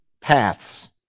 paths